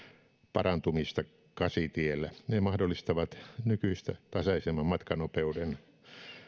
parantumista kasitiellä ne mahdollistavat nykyistä tasaisemman matkanopeuden